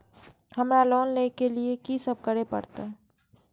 हमरा लोन ले के लिए की सब करे परते?